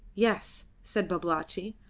yes, said babalatchi,